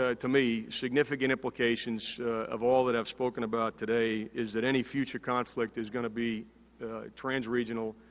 ah to me, significant implications of all that i've spoken about today is that any future conflict is gonna be trans-regional,